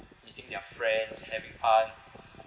meeting their friends having fun